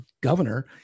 governor